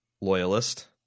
loyalist